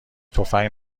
تفنگ